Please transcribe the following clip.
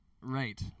Right